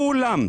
כולם.